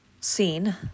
scene